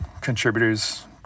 contributors